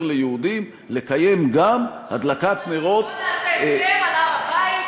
ליהודים לקיים גם הדלקת נרות --- בוא נעשה הסכם על הר-הבית,